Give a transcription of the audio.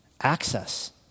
access